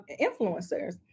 influencers